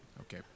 Okay